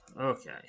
Okay